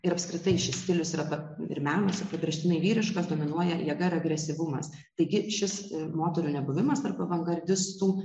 ir apskritai šis stilius yra ir menas pabrėžtinai vyriškas dominuoja jėga ir agresyvumas taigi šis moterų nebuvimas tarp avangardistų